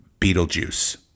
Beetlejuice